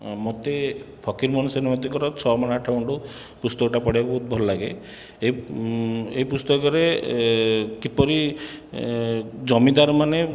ମୋତେ ଫକୀରମୋହନ ସେନାପତିଙ୍କର ଛଅ ମାଣ ଆଠ ଗୁଣ୍ଠ ପୁସ୍ତକଟା ପଢ଼ିବାକୁ ବହୁତ ଭଲ ଲାଗେ ଏହି ଏହି ପୁସ୍ତକରେ କିପରି ଜମିଦାରମାନେ